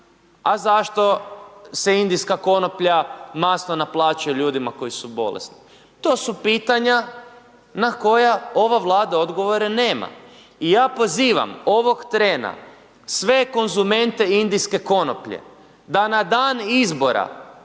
a zašto se indijska konoplja masno naplaćuje ljudima koji su bolesni, to su pitanja na koja ova Vlada odgovore nema i ja pozivam ovog trena sve konzumente indijske konoplje da na dan izbora